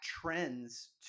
trends